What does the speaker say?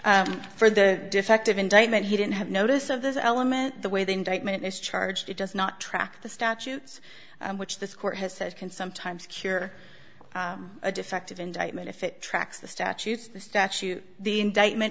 substantially for the defective indictment he didn't have notice of this element the way the indictment is charged it does not track the statutes which this court has says can sometimes cure a defective indictment if it tracks the statutes the statute the indictment